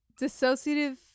Dissociative